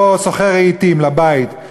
או סוחר רהיטים לבית,